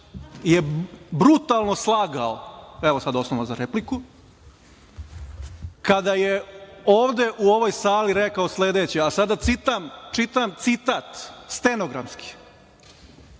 je brutalno slagao, evo sada osnova za repliku, kada je ovde u ovoj sali rekao sledeće, a sada čitam citat stenogramski: